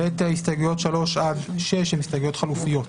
ב' - הסתייגויות 6-3 הן הסתייגויות חלופיות.